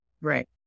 Right